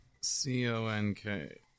C-O-N-K